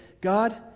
God